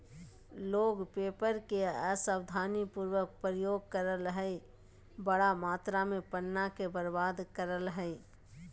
लोग पेपर के असावधानी पूर्वक प्रयोग करअ हई, बड़ा मात्रा में पन्ना के बर्बाद करअ हई